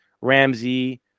Ramsey